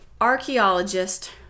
Archaeologist